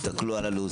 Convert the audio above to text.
על הלו"ז,